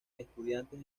estudiantes